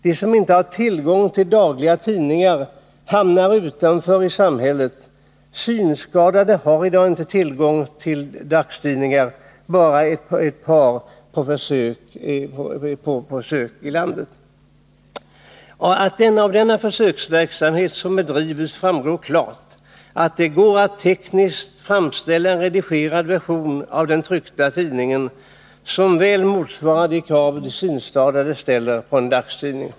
Den som inte har tillgång till dagliga tidningar hamnar utanför i samhället. Synskadade har i dag inte tillgång till dagstidningar, förutom ett par ingående i en försöksverksamhet. Av denna försöksverksamhet framgår klart att det går att tekniskt framställa en redigerad version av den tryckta tidningen som väl motsvarar de krav synskadade ställer på en dagstidning.